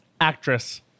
Actress